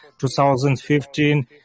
2015